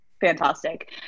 fantastic